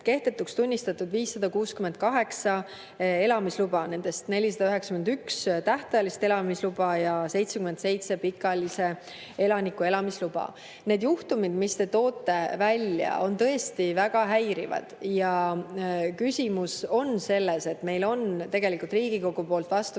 Kehtetuks on tunnistatud 568 elamisluba, nendest 491 tähtajalist elamisluba ja 77 pikaajalise elaniku elamisluba. Need juhtumid, mis te tõite välja, on tõesti väga häirivad. Küsimus on selles, et meil on tegelikult Riigikogu poolt vastu